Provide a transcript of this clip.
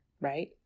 right